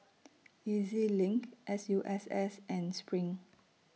E Z LINK S U S S and SPRING